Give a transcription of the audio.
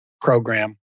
program